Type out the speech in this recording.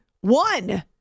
one